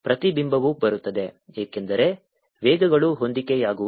ಪ್ರತಿಬಿಂಬವು ಬರುತ್ತದೆ ಏಕೆಂದರೆ ವೇಗಗಳು ಹೊಂದಿಕೆಯಾಗುವುದಿಲ್ಲ